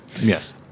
Yes